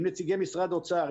עם נציגי משרד האוצר,